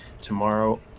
tomorrow